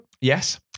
yes